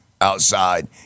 outside